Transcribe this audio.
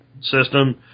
system